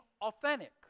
authentic